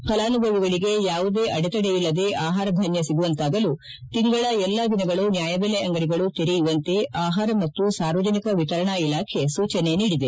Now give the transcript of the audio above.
ಫಲಾನುಭವಿಗಳಿಗೆ ಯಾವುದೇ ಅಡೆತಡೆ ಇಲ್ಲದೇ ಆಹಾರಧಾನ್ಯ ಸಿಗುವಂತಾಗಲು ತಿಂಗಳ ಎಲ್ಲಾ ದಿನಗಳೂ ನ್ಲಾಯಬೆಲೆ ಅಂಗಡಿಗಳು ತೆರೆಯುವಂತೆ ಆಹಾರ ಮತ್ತು ಸಾರ್ವಜನಿಕ ವಿತರಣಾ ಇಲಾಖೆ ಸೂಚನೆ ನೀಡಿದೆ